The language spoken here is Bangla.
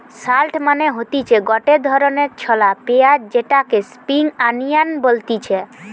শালট মানে হতিছে গটে ধরণের ছলা পেঁয়াজ যেটাকে স্প্রিং আনিয়ান বলতিছে